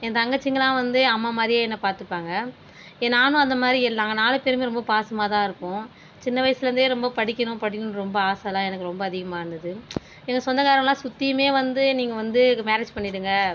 என் தங்கச்சிங்கலாம் வந்து அம்மா மாதிரியே என்ன பார்த்துப்பாங்க எ நான் அந்த மாரி ஏன் நாங்கள் நாலு பேருமே ரொம்ப பாசமாகதான் இருப்போம் சின்ன வயசுலருந்தே ரொம்ப படிக்கணும் படி ரொம்ப ஆசைலாம் எனக்கு ரொம்ப அதிகமாகருந்தது எங்கள் சொந்தக்காரங்களாம் சுற்றியுமே வந்து நீங்கள் வந்து மேரேஜ் பண்ணிவிடுங்க